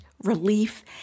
relief